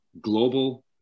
global